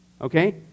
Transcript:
Okay